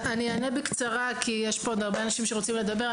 אני אענה בקצרה כי יש פה עוד הרבה אנשים שרוצים לדבר.